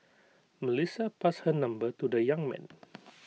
Melissa passed her number to the young man